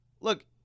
Look